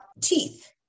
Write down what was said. teeth